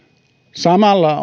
samalla